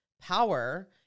power